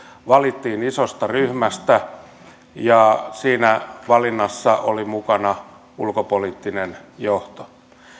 valittiin isosta ryhmästä ja siinä valinnassa oli mukana ulkopoliittinen johto